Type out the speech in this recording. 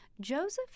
Joseph